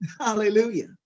Hallelujah